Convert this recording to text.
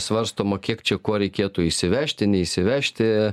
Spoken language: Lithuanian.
svarstoma kiek čia ko reikėtų įsivežti neįsivežti